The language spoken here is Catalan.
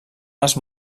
les